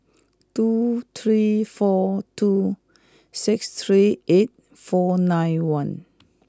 two three four two six three eight four nine one